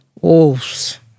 Wolves